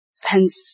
hence